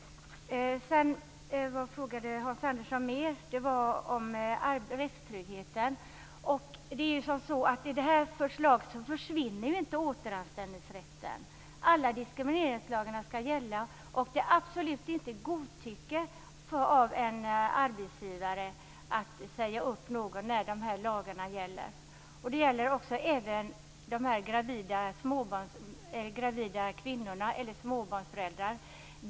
Sedan frågade Hans Andersson om rättstryggheten. I det här förslaget försvinner inte återanställningsrätten. Alla diskrimineringslagar skall gälla. Det är absolut inte godtycke av en arbetsgivare att säga upp någon när lagarna gäller. Det gäller även gravida kvinnor och småbarnsföräldrar.